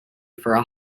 for